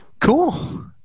cool